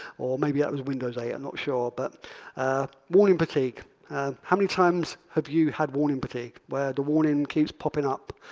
or maybe that was windows eight, i'm not sure. but but warning fatigue how many times have you had warning fatigue where the warning keeps popping up.